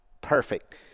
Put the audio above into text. perfect